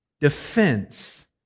defense